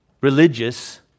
religious